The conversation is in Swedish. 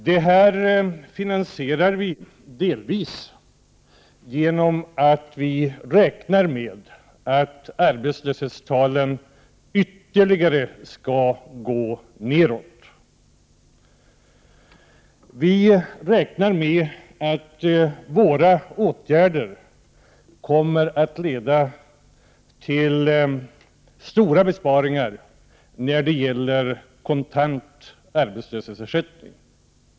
Det förslaget finansierar vi delvis genom att vi räknar med att arbetslöshetstalen skall gå ned ytterligare. Vi räknar med att våra åtgärder kommer att leda till stora besparingar när det gäller kontant arbetslöshetsersättning.